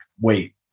Wait